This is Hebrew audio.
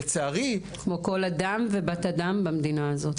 כמו כל אדם ובת אדם במדינה הזו.